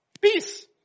peace